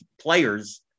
players